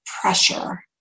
pressure